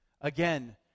Again